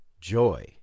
Joy